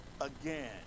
again